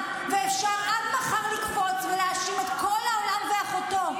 ונתן לחיזבאללה לכבוש את השטח הצפוני,